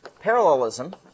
parallelism